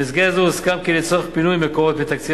במסגרת זו הוסכם כי לצורך פינוי מקורות מתקציב